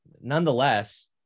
nonetheless